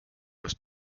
was